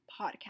podcast